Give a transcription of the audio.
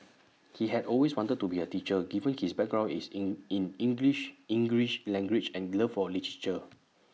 he had always wanted to be A teacher given his background is in in English English language and love for literature